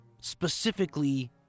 specifically